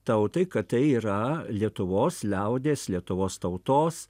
tautai kad tai yra lietuvos liaudies lietuvos tautos